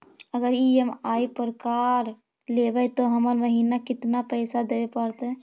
अगर ई.एम.आई पर कार लेबै त हर महिना केतना पैसा देबे पड़तै?